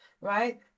right